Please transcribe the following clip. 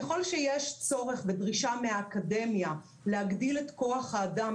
ככל שיש צורך ודרישה מהאקדמיה להגדיל את כוח האדם,